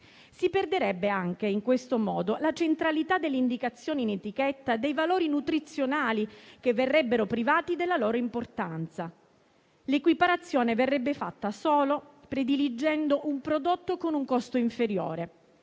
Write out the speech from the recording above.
Si perderebbe, in questo modo, anche la centralità delle indicazioni in etichetta dei valori nutrizionali, che verrebbero privati della loro importanza. L'equiparazione verrebbe fatta solo prediligendo un prodotto con un costo inferiore